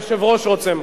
היושב-ראש רוצה,